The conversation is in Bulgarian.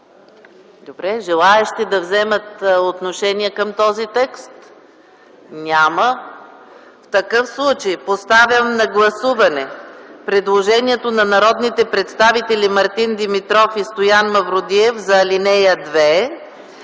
Желаещи да вземат отношение към този текст? Няма. Поставям на гласуване предложението на народните представители Мартин Димитров и Стоян Мавродиев за ал. 2,